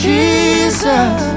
Jesus